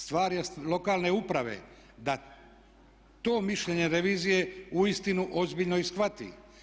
Stvar je lokalne uprave da to mišljenje revizije uistinu ozbiljno i shvati.